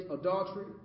adultery